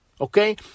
okay